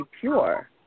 pure